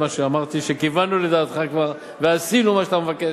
כמו שאמרתי, כיוונו לדעתך ועשינו מה שאתה מבקש.